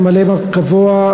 ממלא-מקום קבוע,